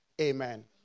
Amen